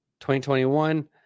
2021